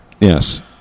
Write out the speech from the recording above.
Yes